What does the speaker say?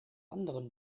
anderen